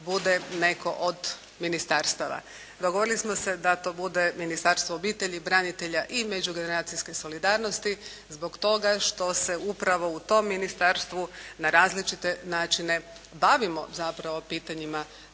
bude netko od ministarstava. Dogovorili smo se da to bude Ministarstvo obitelji, branitelja i međugeneracijske solidarnosti zbog toga što se upravo u tom ministarstvu na različite načine bavimo zapravo pitanjima